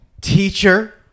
teacher